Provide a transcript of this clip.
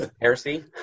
heresy